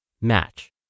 match